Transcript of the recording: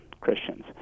Christians